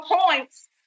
points